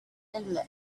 and